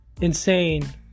insane